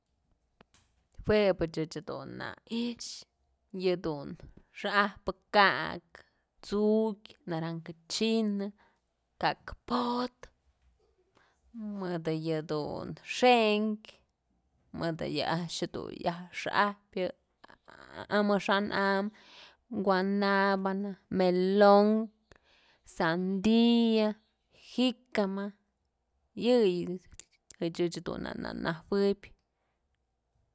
Jue bë ëch dun na i'ixë yëdun xa'ajpë ka'akë, tsu'ukyë, naranja china, ka'ak potë, mëdë yëdun xënkyë, mëdë yë a'ax du yaj xa'ajpyë amaxa'an am guanabana, melon, sandia, jicacama, yëyëch ëch dun najuëb.